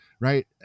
right